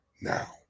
now